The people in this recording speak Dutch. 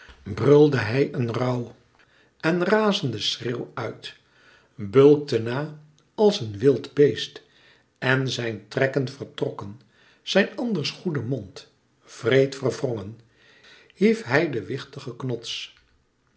brulde hij een rauwen razenden schreeuw uit bulkte na als een wild beest en zijn trekken vertrokken zijn anders goede mond wreed verwrongen hief hij den wichtigen knots